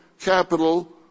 capital